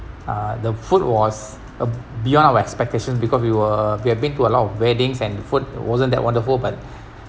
uh the food was uh beyond our expectations because we were we have been to a lot of weddings and food wasn't that wonderful but